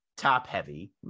top-heavy